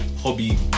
hobby